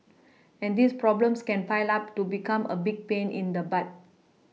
and these problems can pile up to become a big pain in the butt